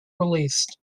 released